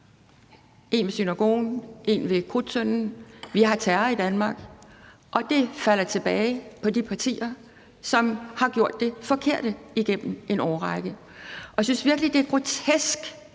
en ved synagogen og en ved Krudttønden. Vi har terror i Danmark, og det falder tilbage på de partier, som har gjort det forkerte igennem en årrække. Jeg synes virkelig, det er grotesk,